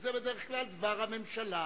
שזה בדרך כלל דבר הממשלה,